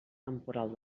temporal